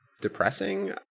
depressing